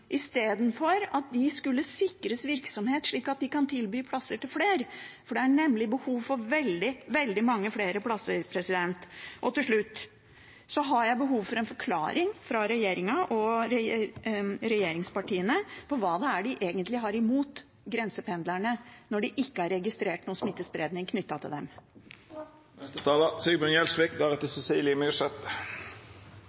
sikres virksomhet, slik at de kan tilby plasser til flere, for det er nemlig behov for veldig mange flere plasser. Til slutt har jeg behov for en forklaring fra regjeringen og regjeringspartiene på hva de egentlig har imot grensependlerne, når det ikke er registrert noen smittespredning knyttet til dem.